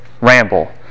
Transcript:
ramble